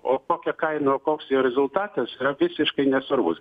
o kokia kaina o koks jo rezultatas yra visiškai nesvarbus